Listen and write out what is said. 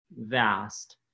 vast